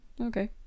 Okay